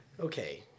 Okay